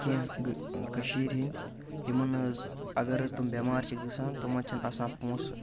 کیٚنٛہہ کٔشیٖرِ ہِنٛدۍ یِمَن حظ اَگر حظ تِم بٮ۪مار چھِ گژھان تِمَن چھِنہٕ آسان پونٛسہٕ